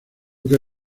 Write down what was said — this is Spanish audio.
que